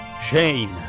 Shane